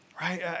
Right